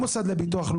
לוועדה.